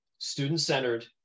student-centered